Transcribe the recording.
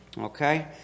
Okay